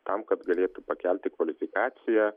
tam kad galėtų pakelti kvalifikaciją